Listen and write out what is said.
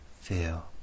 feel